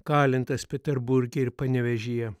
kalintas peterburge ir panevėžyje